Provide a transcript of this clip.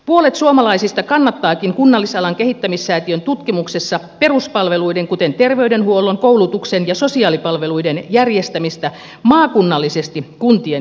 puolet suomalaisista kannattaakin kunnallisalan kehittämissäätiön tutkimuksessa peruspalveluiden kuten terveydenhuollon koulutuksen ja sosiaalipalveluiden järjestämistä maakunnallisesti kuntien yhteistyöllä